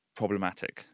problematic